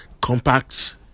compact